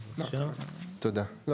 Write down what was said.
טוב,